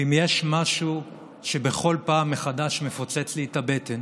ואם יש משהו שבכל פעם מחדש מפוצץ לי את הבטן